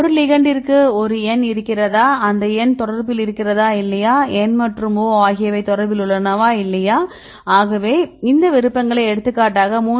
ஒரு லிகெண்டிற்கு ஒரு N இருக்கிறதா இந்த N தொடர்பில் இருக்கிறதா இல்லையா N மற்றும் O ஆகியவை தொடர்பில் உள்ளனவா இல்லையா ஆகவே அவை இந்த விருப்பங்களை எடுத்துக்காட்டாக 3